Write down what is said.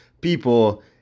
people